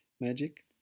magic